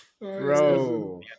Bro